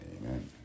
Amen